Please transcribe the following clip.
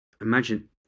Imagine